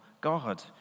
God